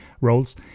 roles